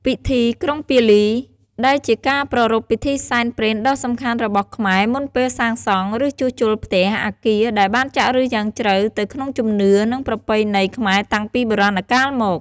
ពិធីក្រុងពាលី ដែលជាការប្រារព្ធពិធីសែនព្រែនដ៍សំខាន់របស់ខ្មែរមុនពេលសាងសង់ ឬជួសជុល ផ្ទះ អគារ ដែលបានចាក់ឫសយ៉ាងជ្រៅទៅក្នុងជំនឿ និងប្រពៃណីខ្មែរតាំងពីបុរាណកាលមក។